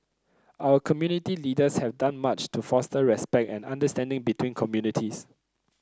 our community leaders have done much to foster respect and understanding between communities